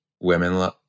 women